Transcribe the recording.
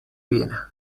viena